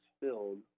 filled